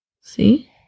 See